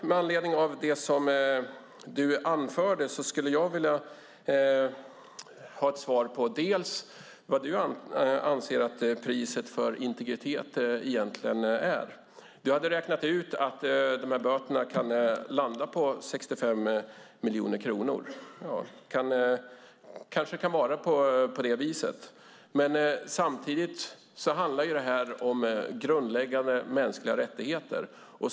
Med anledning av det som du anförde skulle jag vilja ha ett svar på vad du anser att priset för integritet egentligen är. Du hade räknat ut att böterna kan landa på 65 miljoner kronor. Det kanske kan vara på det viset. Men samtidigt handlar detta om grundläggande mänskliga rättigheter.